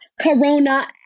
Corona